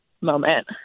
moment